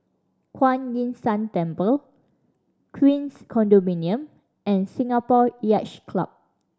Kuan Yin San Temple Queens Condominium and Singapore Yacht Club